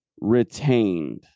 retained